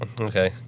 okay